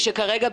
ושכרגע,